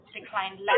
declined